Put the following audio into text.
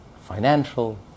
financial